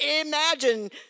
imagine